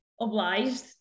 obliged